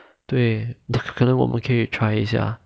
对可能我们可以 try 一下